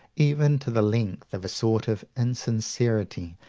even to the length of a sort of insincerity,